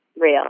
real